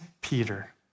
Peter